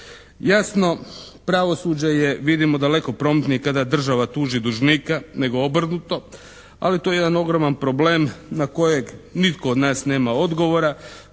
Jasno, pravosuđe je vidimo daleko promptnije kada država tuži dužnika nego obrnuto, ali to je jedan ogroman problem na kojeg nitko od nas nema odgovora